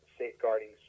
safeguarding